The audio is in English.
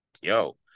yo